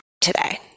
today